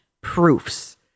proofs